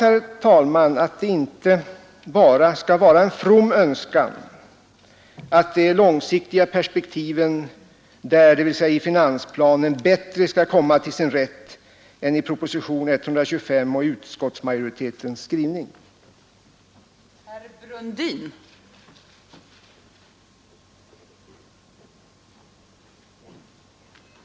Jag hoppas att det inte bara skall vara en from önskan att de långsiktiga perspektiven bättre skall komma till sin rätt i finansplanen än i propositionen 125 och i utskottsmajoritetens skrivning i finansutskottets betänkande.